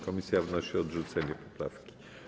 Komisja wnosi o odrzucenie poprawki.